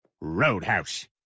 Roadhouse